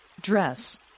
dress